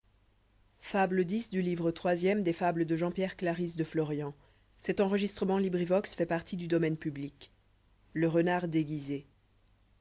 des de fl le renard déguisé